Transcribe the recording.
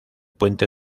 puente